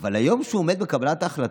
אבל היום, כשהוא עומד בקבלת ההחלטות,